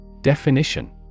Definition